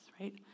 right